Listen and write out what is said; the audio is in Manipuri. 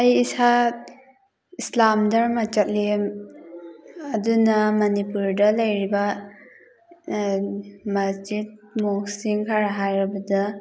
ꯑꯩ ꯏꯁꯥ ꯏꯁꯂꯥꯝ ꯗꯔꯃ ꯆꯠꯂꯤ ꯑꯗꯨꯅ ꯃꯅꯤꯄꯨꯔꯗ ꯂꯩꯔꯤꯕ ꯃꯁꯖꯤꯠ ꯃꯣꯛꯁꯁꯤꯡ ꯈꯔ ꯍꯥꯏꯔꯕꯗ